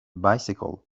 bicycle